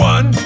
One